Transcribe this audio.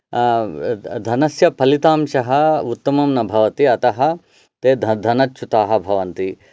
धनस्य फलितांशः उतमं न भवति अतः ते धन धनच्युताः भवन्ति